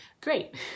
Great